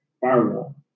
Firewall